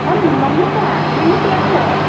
ହଁ ନମିତା କେମିତି ଅଛ